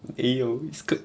没有 it's called